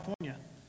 California